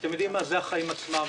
אתם יודעים מה: זה החיים עצמם,